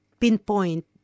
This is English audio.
pinpoint